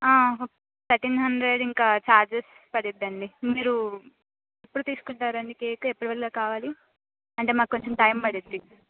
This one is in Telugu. థర్టీన్ హండ్రెడ్ ఇంకా ఛార్జెస్ పడుతాయండి మీరు ఎప్పుడు తీసుకుంటారండి కేక్ ఎప్పుడుకల్లా కావాలి అంటే మాకు కొంచెం టైం పడుతుంది